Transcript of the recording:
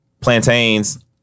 plantains